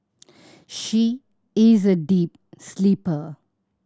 she is a deep sleeper